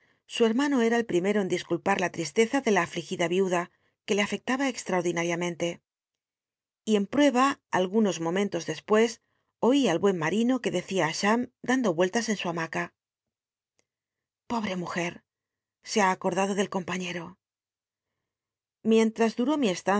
su hermano cta el ptimeto en discul patla listcza de la alligida viuda que le afectaba cxtraot'd inariamente y en pl'llcha ulgunos momentos dcspucs oí al buen marino que decía á cbam dando ucltas en su hamaca pobre mujet se ha acordado del compaiíero mientras dutó mi